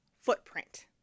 footprint